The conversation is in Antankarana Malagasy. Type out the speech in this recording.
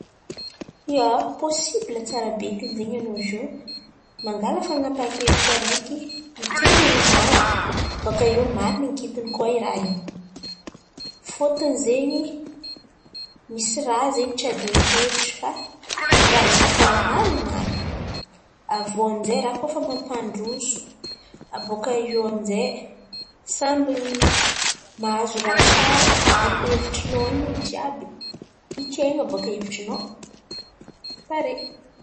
Ia, posibla tsara bekiny zen̈y anao izy iô mangàla fanapahan-kevitry araiky eken'ny olo maro bôkà eo mariny ankitiny koà i ràha io. Fôtony zen̈y misy ràha zen̈y tsy hiandian-kevitra fa ràha hita fa ràha marin̈y marin̈y. Avy iô amin'izay ràha kôa fa mampandroso avy iô amin'izay samby mahazo ràha tsara amin'ny hevitrinao in̈y olo jiàby, ekena bôkà hevitrinao, pare.